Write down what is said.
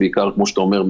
וכמו שאתה אומר,